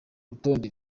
rutonde